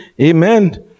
Amen